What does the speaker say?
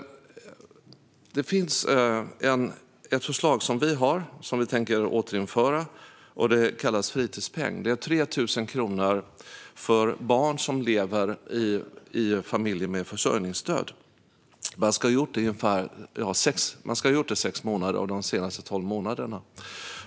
Det finns ett förslag som vi har, som vi tänker återinföra, och det kallas fritidspeng. Det är 3 000 kronor för barn som lever i familjer med försörjningsstöd. Man ska ha gjort det i sex månader av de senaste tolv månaderna.